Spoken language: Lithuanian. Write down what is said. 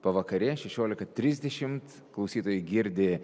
pavakarė šešiolika trisdešimt klausytojai girdi